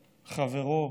לחברו: